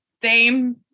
dame